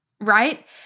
right